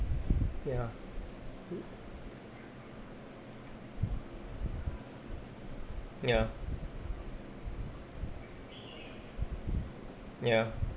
ya uh ya ya